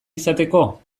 izateko